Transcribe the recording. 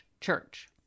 church